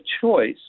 choice